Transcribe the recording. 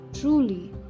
truly